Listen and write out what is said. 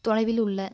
தொலைவில் உள்ள